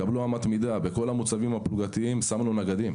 קבלו אמת מידה: בכל המוצבים הפלוגתיים שמנו נגדים.